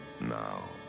Now